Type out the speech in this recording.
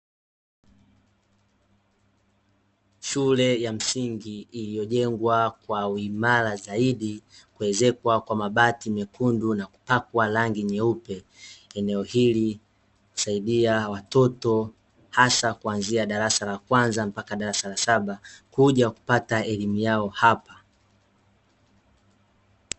Shule ya msingi iliyojengwa kwa uimara zaidi, kuezekwa kwa mabati mekundu na kupakwa rangi nyeupe. Eneo hili husaidia watoto hasa kuanzia darasa la kwanza mpaka darasa la saba kuja kupata elimu yao hapa.